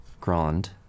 Grand